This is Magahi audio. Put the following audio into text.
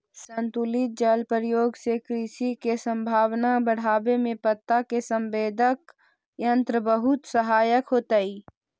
संतुलित जल प्रयोग से कृषि के संभावना बढ़ावे में पत्ता के संवेदक यंत्र बहुत सहायक होतई